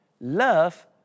love